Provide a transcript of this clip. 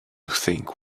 think